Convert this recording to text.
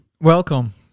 Welcome